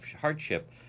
hardship